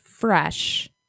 Fresh